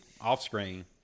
off-screen